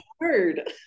hard